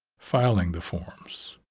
filing the forms.